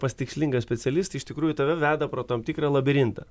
pas tikslingą specialistą iš tikrųjų tave veda pro tam tikrą labirintą